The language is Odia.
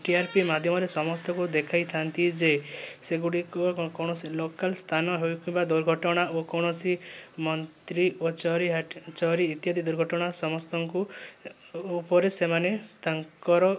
ଟିଆରପି ମାଧ୍ୟମରେ ସମସ୍ତଙ୍କୁ ଦେଖାଇ ଥାନ୍ତି ଯେ ସେଗୁଡ଼ିକ କୌଣସି ଲୋକାଲ ସ୍ଥାନ ହେଉ କିମ୍ବା ଦୁର୍ଘଟଣା ଓ କୌଣସି ମନ୍ତ୍ରୀ ଓ ଚୋରି ଓ ଚୋରି ଇତ୍ୟାଦି ଦୁର୍ଘଟଣା ସମସ୍ତଙ୍କୁ ଉପରେ ସେମାନେ ତାଙ୍କର